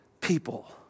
people